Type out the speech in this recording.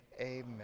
amen